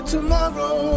Tomorrow